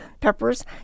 peppers